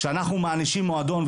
כשאנחנו מענישים מועדון,